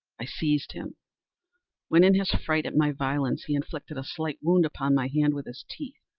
i seized him when, in his fright at my violence, he inflicted a slight wound upon my hand with his teeth.